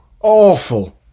awful